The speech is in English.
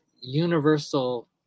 universal